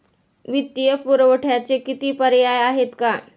वित्तीय पुरवठ्याचे किती पर्याय आहेत का?